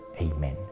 Amen